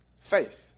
Faith